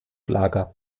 lager